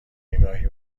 نگاهی